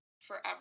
forever